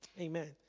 Amen